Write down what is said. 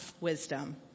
wisdom